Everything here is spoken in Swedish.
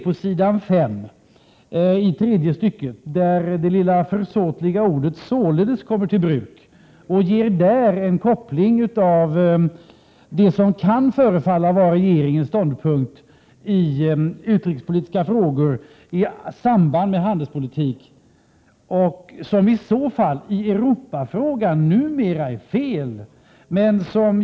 På s. 5, tredje stycket, kommer det lilla försåtliga ordet ”således” till bruk. Ordet ges där en koppling till det som kan förefalla vara regeringens ståndpunkt i utrikespolitiska frågor i samband med handelspolitik och som i så fall i Europafrågan numera är fel.